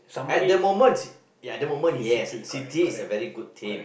at that moment ya at that moment yes you see this is a very good team